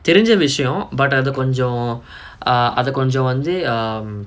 தெரிஞ்ச விஷயோ:therinja vishayo but அது கொஞ்சோ:athu konjo err அது கொஞ்சோ வந்து:athu konjo vanthu um